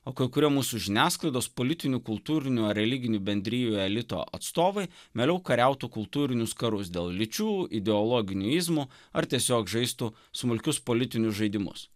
o kai kurie mūsų žiniasklaidos politinių kultūrinių ar religinių bendrijų elito atstovai mieliau kariautų kultūrinius karus dėl lyčių ideologinių izmų ar tiesiog žaistų smulkius politinius žaidimus